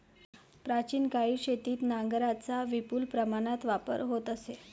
प्राचीन काळी शेतीत नांगरांचा विपुल प्रमाणात वापर होत असे